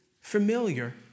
Familiar